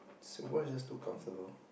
Singapore is just too comfortable